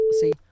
see